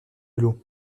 l’eau